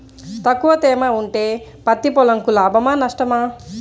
తక్కువ తేమ ఉంటే పత్తి పొలంకు లాభమా? నష్టమా?